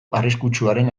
arriskutsuaren